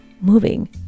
moving